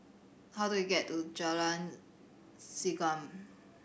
how do I get to Jalan Segam